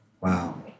Wow